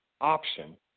option